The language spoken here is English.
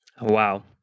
wow